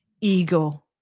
ego